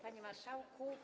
Panie Marszałku!